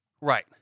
Right